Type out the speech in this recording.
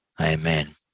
Amen